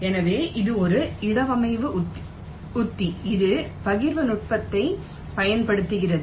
எனவே இது ஒரு இடவமைவு உத்தி இது பகிர்வு நுட்பத்தைப் பயன்படுத்துகிறது